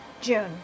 June